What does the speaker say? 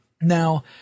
Now